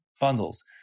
bundles